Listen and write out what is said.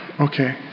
okay